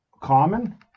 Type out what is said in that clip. common